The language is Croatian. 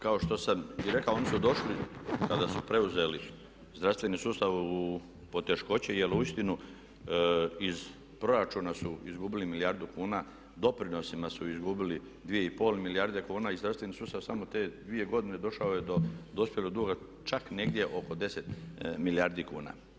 Pa kao što sam i rekao oni su došli kada su preuzeli zdravstveni sustav u poteškoće jer uistinu iz proračuna su izgubili milijardu kuna, doprinosima su izgubili 2,5 milijarde kuna i zdravstveni sustav u samo te dvije godine došao je do dospjelog duga čak negdje oko 10 milijardi kuna.